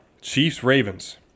Chiefs-Ravens